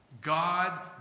God